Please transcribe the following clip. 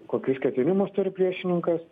kokius ketinimus turi priešininkas